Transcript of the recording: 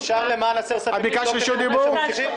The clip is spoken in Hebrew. אפשר למען הסר ספק לבדוק את זה לפני שממשיכים?